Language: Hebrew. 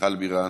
מיכל בירן,